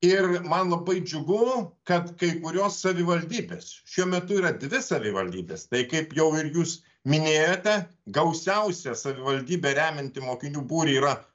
ir man labai džiugu kad kai kurios savivaldybės šiuo metu yra dvi savivaldybės tai kaip jau ir jūs minėjote gausiausia savivaldybė remianti mokinių būrį yra